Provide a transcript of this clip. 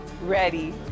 Ready